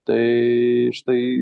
tai štai